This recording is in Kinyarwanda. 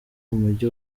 umugi